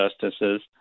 justices